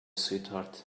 sweetheart